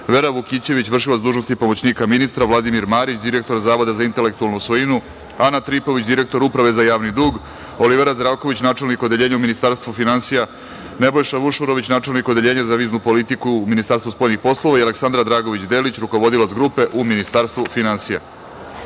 Vera Vukićević, vršilac dužnosti pomoćnika ministra; Vladimir Marić, direktor Zavoda za intelektualnu svoju; Ana Tripović, direktor Uprave za javni dug; Olivera Zdravković, načelnik Odeljenja u Ministarstvu finansija; Nebojša Vušurović, načelnik Odeljenja za viznu politiku u Ministarstvu spoljnih poslova i Aleksandra Dragović Delić, rukovodilac Grupe u Ministarstvu finansija. Molim